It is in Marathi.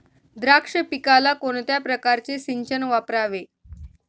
द्राक्ष पिकाला कोणत्या प्रकारचे सिंचन वापरावे?